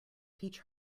peach